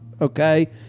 Okay